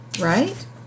right